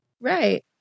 Right